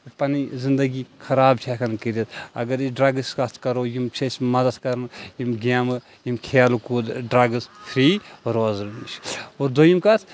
پَنٕنۍ زِندگی خَراب چھِ ہیٚکان کٔرِتھ اگر یہِ ڈرٛگس کَتھ کَرو یِم چھِ اسہِ مَدد کَران یِم گیمہٕ یِم کھیل کوٗدٕ ڈرٛگس فِرٛی روزنہٕ نِش اور دویِم کَتھ